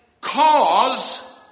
cause